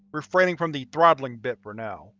refraining from the throttling bit for now